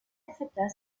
accepta